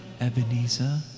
Ebenezer